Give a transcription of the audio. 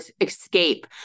escape